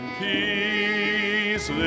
peace